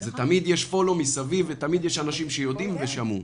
תמיד יש follow מסביב ותמיד יש אנשים שיודעים ושמעו,